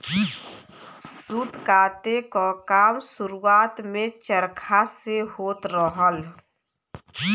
सूत काते क काम शुरुआत में चरखा से होत रहल